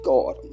God